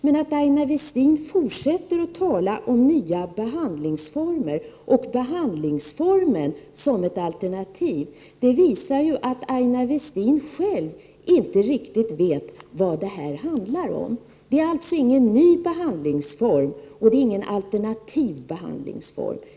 Men att Aina Westin fortsätter att tala om nya behandlingsformer och behandlingsformen som ett alternativ visar ju att Aina Westin själv inte riktigt vet vad det här handlar om. Det rör sig alltså inte om någon ny behandlingsform, och det är ingen alternativ behandlingsform.